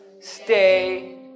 stay